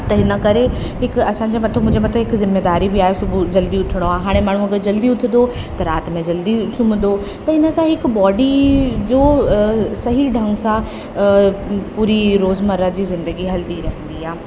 त हिन करे हिकु असांजो मथो मुंहिंजे मथो हिकु ज़िमेदारी बि आहे सुबुहु जल्दी उथिणो आहे हाणे माण्हू जल्दी उथंदो त राति में जल्दी सुम्हंदो त हिन सां हिकु बॉडी जो सही ढंग सां पूरी रोज़मर्रा जी ज़िंदगी हलंदी रहंदी आहे